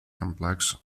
complex